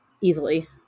easily